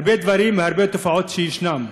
הרבה דברים והרבה תופעות שישנן.